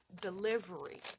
delivery